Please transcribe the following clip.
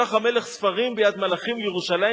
וישלח המלך ספרים ביד מלאכים לירושלים